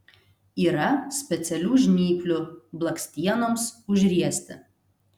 yra specialių žnyplių blakstienoms užriesti